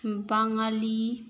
बाङालि